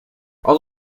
all